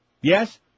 Yes